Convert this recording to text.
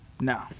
No